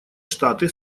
штаты